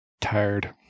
Tired